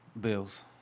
Bills